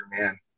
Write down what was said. man